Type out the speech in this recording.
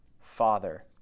Father